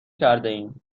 کردهایم